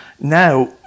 now